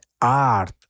art